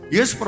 Yes